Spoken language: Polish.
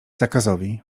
zakazowi